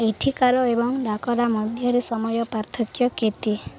ଏଠିକାର ଏବଂ ଡାକରା ମଧ୍ୟରେ ସମୟ ପାର୍ଥକ୍ୟ କେତେ